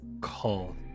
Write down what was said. call